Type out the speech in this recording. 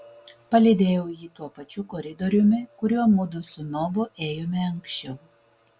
palydėjau jį tuo pačiu koridoriumi kuriuo mudu su nobu ėjome anksčiau